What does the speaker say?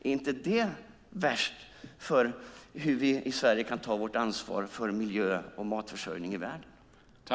Är inte det värst för hur vi i Sverige kan ta vårt ansvar för miljö och matförsörjning i världen?